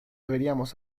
deberíamos